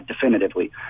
definitively